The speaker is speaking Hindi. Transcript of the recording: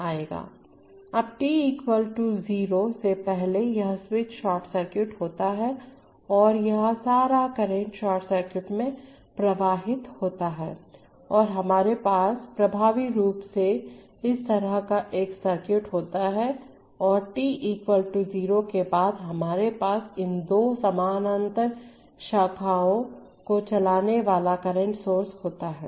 अब t इक्वल टू 0 से पहले यह स्विच शॉर्ट सर्किट होता है और यह सारा करंट शॉर्ट सर्किट में प्रवाहित होता है और हमारे पास प्रभावी रूप से इस तरह का एक सर्किट होता है और t इक्वल टू 0 के बाद हमारे पास इन दो समानांतर शाखाओं को चलाने वाला करंट सोर्स होता है